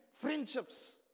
friendships